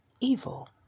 evil